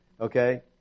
Okay